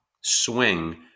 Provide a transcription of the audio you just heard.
swing